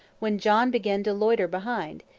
when john began to loiter behind,